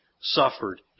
suffered